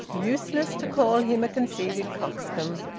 useless to call him a conceited coxcomb,